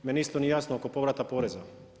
Meni isto nije jasno oko povrata poreza.